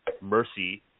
mercy